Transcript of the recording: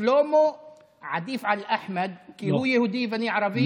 ששלמה עדיף על אחמד כי הוא יהודי ואני ערבי,